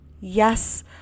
yes